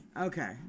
okay